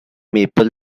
maple